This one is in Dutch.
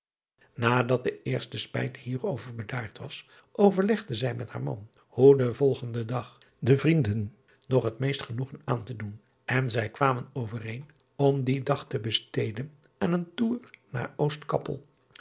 adat de eerste spijt hier over bedaard was overlegde zij met haar man hoe den volgenden dag den vrienden nog het meest genoegen aan te doen en zij kwamen overeen om dien dag te besteden aan een toer naar